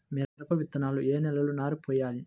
మిరప విత్తనాలు ఏ నెలలో నారు పోయాలి?